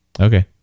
Okay